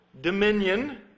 dominion